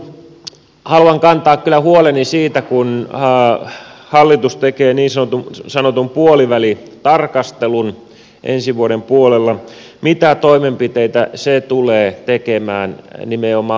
tähän loppuun haluan kantaa kyllä huoleni siitä kun hallitus tekee niin sanotun puolivälitarkastelun ensi vuoden puolella mitä toimenpiteitä se tulee tekemään nimenomaan alkutuotannon suhteen